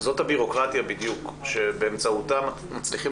זאת בדיוק הבירוקרטיה באמצעותה מצליחים